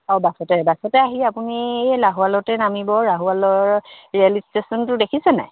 অঁ বাছতে বাছতে আহি আপুনি এই লাহোৱালতে নামিব লাহোৱালৰ ৰেল ষ্টেচনটো দেখিছেনে